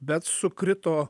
bet sukrito